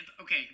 okay